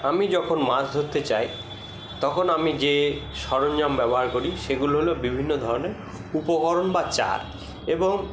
আমি যখন মাছ ধরতে চাই তখন আমি যে সরঞ্জাম ব্যবহার করি সেগুলো হলো বিভিন্ন ধরণের উপকরণ বা চার এবং